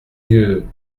dieu